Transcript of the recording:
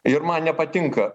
ir man nepatinka